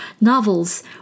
novels